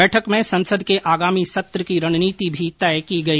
बैठक में संसद के आगामी सत्र की रणनीति भी तय की गई